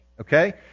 Okay